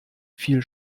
viel